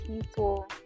people